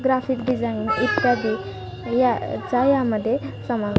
graphic design इत्यादी याचा यामध्ये समा